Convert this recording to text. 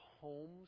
homes